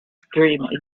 dream